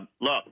Look